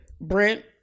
Brent